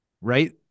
Right